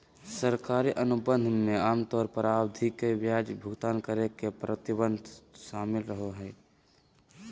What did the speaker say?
सरकारी अनुबंध मे आमतौर पर आवधिक ब्याज भुगतान करे के प्रतिबद्धता शामिल रहो हय